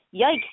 Yikes